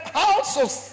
houses